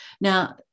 Now